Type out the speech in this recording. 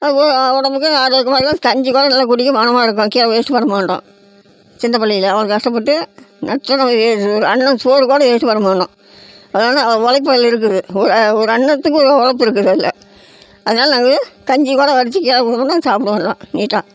அது போக உடம்புக்கும் ஆரோக்கியமாக இருக்கும் கஞ்சி கூட நல்லா குடிக்க மணமாக இருக்கும் கீழே வேஸ்ட்டு பண்ண மாட்டோம் சின்னப் பிள்ளையில் அவ்வளோ கஷ்டப்பட்டு நான் அன்னம் சோறு கூட வேஸ்ட்டு பண்ண மாட்டோம் அதனால் ஒழைப்பு அதில் இருக்குது ஒரு ஒரு அன்னத்துக்கு ஒரு ஒழைப்பு இருக்குது அதில் அதனால் நாங்கள் கஞ்சி கூட வடித்து கீழே விடாம சாப்பிடுவோம் எல்லாம் நீட்டாக